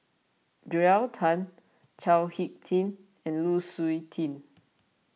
Joel Tan Chao Hick Tin and Lu Suitin